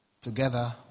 together